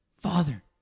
father